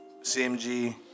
CMG